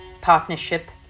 partnership